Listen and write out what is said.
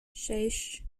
sześć